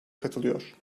katılıyor